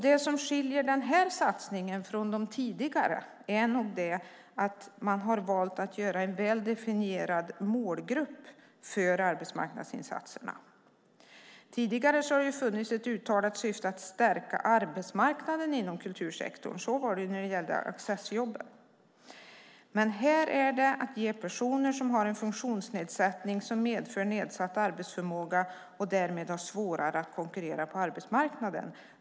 Det som skiljer den här satsningen från de tidigare är att man valt att ha en väl definierad målgrupp för arbetsmarknadsinsatserna. Tidigare har det funnits ett uttalat syfte att stärka arbetsmarknaden inom kultursektorn; så var det beträffande Accessjobben. Här handlar det om personer som har en funktionsnedsättning som medför nedsatt arbetsförmåga och som därmed har svårare att konkurrera på arbetsmarknaden.